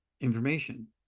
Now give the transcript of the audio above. information